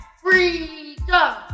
freedom